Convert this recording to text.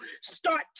start